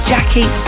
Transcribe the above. Jackie